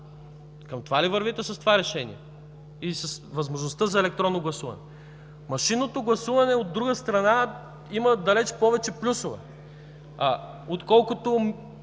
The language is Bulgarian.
Към това ли вървите с това решение, или с възможността за електронно гласуване?! Машинното гласуване, от друга страна, има далеч повече плюсове, отколкото